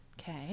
Okay